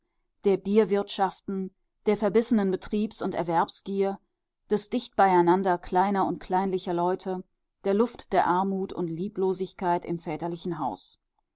der bierwirtschaften der verbissenen betriebs und erwerbsgier des dichtbeieinander kleiner und kleinlicher leute der luft der armut und lieblosigkeit im väterlichen haus